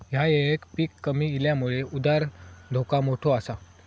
ह्या येळेक पीक कमी इल्यामुळे उधार धोका मोठो आसा